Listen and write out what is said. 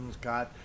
God